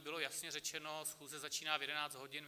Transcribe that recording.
Bylo jasně řečeno: Schůze začíná v 11 hodin.